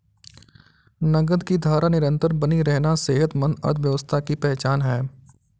नकद की धारा निरंतर बनी रहना सेहतमंद अर्थव्यवस्था की पहचान है